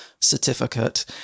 certificate